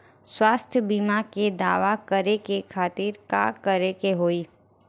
स्वास्थ्य बीमा के दावा करे के खातिर का करे के होई?